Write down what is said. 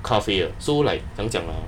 咖啡的 so like 怎么样讲啊